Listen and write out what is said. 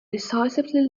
decisively